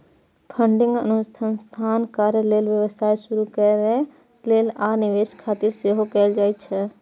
funding अनुसंधान कार्य लेल, व्यवसाय शुरू करै लेल, आ निवेश खातिर सेहो कैल जाइ छै